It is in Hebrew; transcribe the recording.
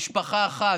משפחה אחת.